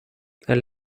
elle